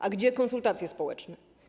A gdzie konsultacje społeczne?